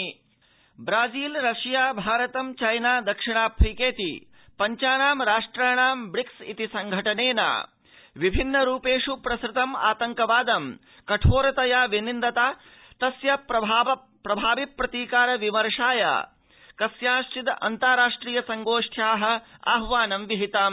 BRICS आतंकवाद Brazil Russia China दक्षिणाफ्रीकेति पञ्चानां राष्ट्राणां ब्रिक्स इति संघटनेन विभिन्न रूपेष् प्रसृतम आतंकवाद कठोरतया विनिन्दता तस्य प्रभावि प्रतीकार विमर्शाय कस्याश्चिद अन्ताराष्ट्रिय संगोष्ठयाः आह्वानं विहितम्